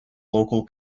local